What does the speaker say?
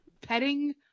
Petting